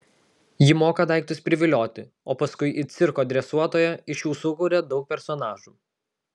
ji moka daiktus privilioti o paskui it cirko dresuotoja iš jų sukuria daug personažų